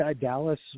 Dallas